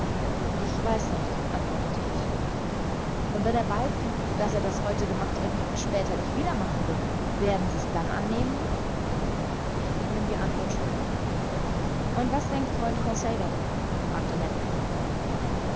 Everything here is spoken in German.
ich weiß nicht antwortete ich und wenn er beifügt daß er das heute gemachte erbieten später nicht wieder machen wird werden sie's dann annehmen ich blieb die antwort schuldig und was denkt freund conseil darüber fragte ned land